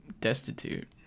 destitute